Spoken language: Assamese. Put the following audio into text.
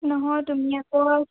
নহয় তুমি আকৌ